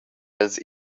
els